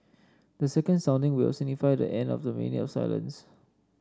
the second sounding will signify the end of the minute of silence